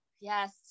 yes